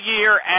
year